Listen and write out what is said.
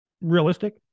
realistic